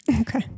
Okay